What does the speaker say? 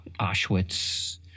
Auschwitz